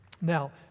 Now